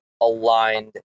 aligned